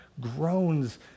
groans